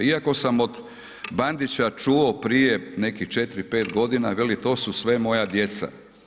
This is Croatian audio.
Iako sam od Bandića čuo prije nekih 4, 5 godina veli to su sve moja djeca.